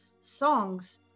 songs